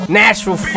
natural